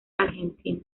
argentina